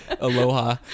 Aloha